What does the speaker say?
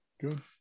good